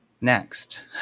Next